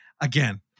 again